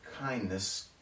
kindness